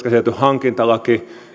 käsitelty hankintalaki